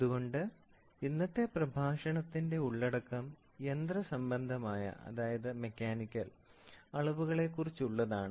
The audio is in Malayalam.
അതുകൊണ്ട് ഇന്നത്തെ പ്രഭാഷണത്തിന്റെ ഉള്ളടക്കം യന്ത്ര സംബന്ധമായ അളവുകളെ കുറിച്ചുള്ളതാണ്